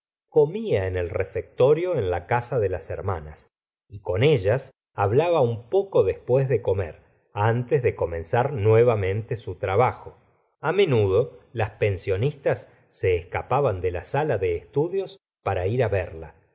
comía en el refectorio en la mesa de las hermanas y con ellas hablaba un poco después de comer antes de comenzar nuevamente su trabajo a menudo las pensionistas se escapaban de la sala de estudio para ir á verla